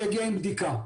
שיגיע עם בדיקה,